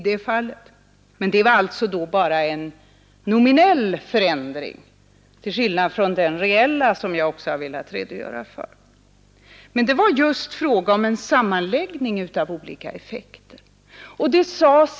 Det var alltså en nominell förändring till skillnad från den reella som jag på slutet redogjort för. Det var emellertid just fråga om en sammanläggning av olika effekter.